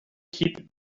keep